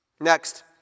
Next